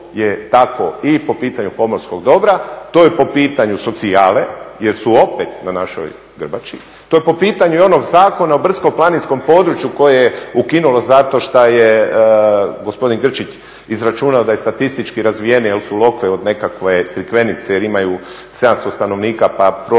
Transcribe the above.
to je tako i po pitanju pomorskog dobra, to je po pitanju socijale jer su opet na našoj grbači, to je po pitanju i onog Zakona o brdsko-planinskom području koje je ukinulo zato šta je gospodin Grčić izračunao da je statistički razvijena jer su …/Govornik se ne razumije./… od nekakve Crikvenice jer imaju 700 stanovnika pa proračun